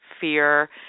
fear